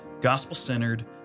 gospel-centered